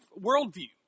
worldview